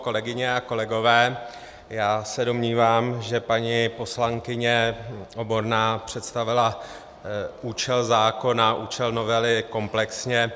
Kolegyně a kolegové, já se domnívám, že paní poslankyně Oborná představila účel zákona, účel novely komplexně.